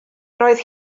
roedd